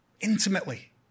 Intimately